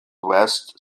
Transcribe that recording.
west